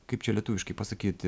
kaip čia lietuviškai pasakyt